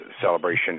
celebration